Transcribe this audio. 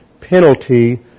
penalty